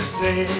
say